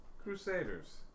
Crusaders